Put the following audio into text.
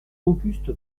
auguste